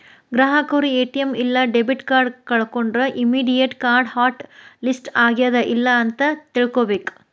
ಗ್ರಾಹಕರು ಎ.ಟಿ.ಎಂ ಇಲ್ಲಾ debit card ಕಳ್ಕೊಂಡ್ರ ಇಮ್ಮಿಡಿಯೇಟ್ ಕಾರ್ಡ್ ಹಾಟ್ ಲಿಸ್ಟ್ ಆಗ್ಯಾದ ಇಲ್ಲ ಅಂತ ತಿಳ್ಕೊಬೇಕ್